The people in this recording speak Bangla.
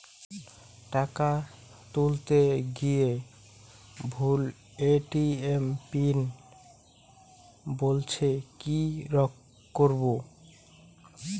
টাকা তুলতে গিয়ে ভুল এ.টি.এম পিন বলছে কি করবো?